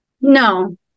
No